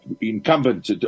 incumbent